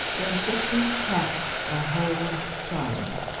than if he kept the whole sum,